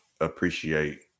appreciate